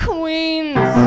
Queens